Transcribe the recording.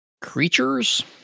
creatures